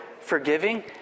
forgiving